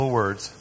words